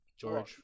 George